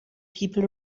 people